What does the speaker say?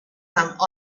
some